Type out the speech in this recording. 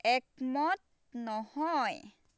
একমত নহয়